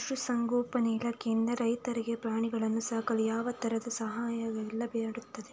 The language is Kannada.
ಪಶುಸಂಗೋಪನೆ ಇಲಾಖೆಯಿಂದ ರೈತರಿಗೆ ಪ್ರಾಣಿಗಳನ್ನು ಸಾಕಲು ಯಾವ ತರದ ಸಹಾಯವೆಲ್ಲ ಮಾಡ್ತದೆ?